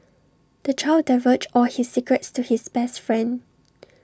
the child divulged all his secrets to his best friend